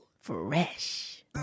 Fresh